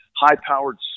high-powered